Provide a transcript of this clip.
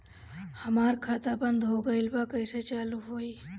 हमार खाता बंद हो गइल बा कइसे चालू होई?